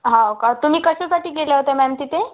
हो का तुम्ही कशासाठी गेल्या होत्या मॅम तिथे